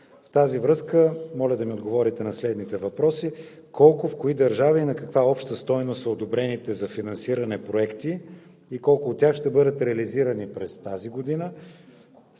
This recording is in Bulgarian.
с това моля да ми отговорите на следните въпроси: колко, в кои държави и на каква обща стойност са одобрените за финансиране проекти? Колко от тях ще бъдат реализирани през тази година?